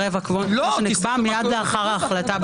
נקבע מייד לאחר ההחלטה בוועדת הכנסת.